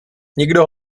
nikdo